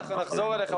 נחזור אליך.